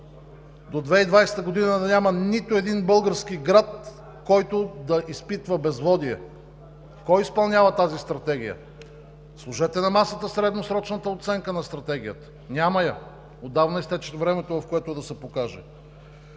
до 2020 г. да няма нито един български град, който да изпитва безводие“. Кой изпълнява тази стратегия? Сложете на масата средносрочната оценка на Стратегията. Няма я. Отдавна изтече времето, в което да се покаже.